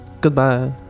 Goodbye